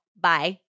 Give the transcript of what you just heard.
Bye